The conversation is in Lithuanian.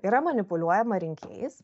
yra manipuliuojama rinkėjais